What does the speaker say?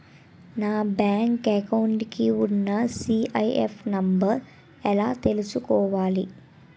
నా bank account కి ఉన్న సి.ఐ.ఎఫ్ నంబర్ ఎలా చూసుకోవాలి?